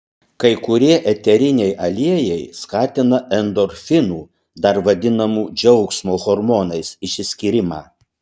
kai kurie eteriniai aliejai skatina endorfinų dar vadinamų džiaugsmo hormonais išsiskyrimą